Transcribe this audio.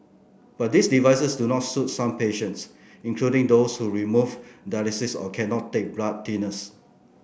but these devices do not suit some patients including those who remove dialysis or cannot take blood thinners